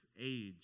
age